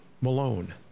Malone